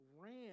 ran